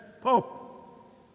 Pope